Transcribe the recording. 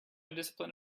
discipline